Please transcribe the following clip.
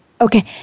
Okay